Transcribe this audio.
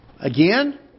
Again